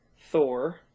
Thor